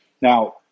Now